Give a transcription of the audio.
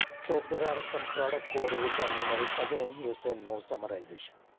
so if there are some product codes which are numeric, again, you say no summarization.